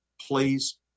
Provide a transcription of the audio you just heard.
please